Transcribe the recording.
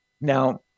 Now